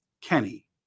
Kenny